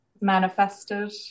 manifested